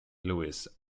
louis